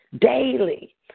Daily